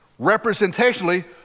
representationally